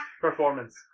performance